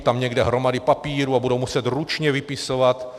Tam někde hromady papírů a budou to muset ručně vypisovat.